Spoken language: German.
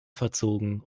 verzogen